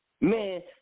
Man